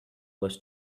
was